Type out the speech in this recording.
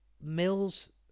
Mills